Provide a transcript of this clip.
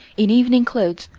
in evening clothes,